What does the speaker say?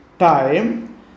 time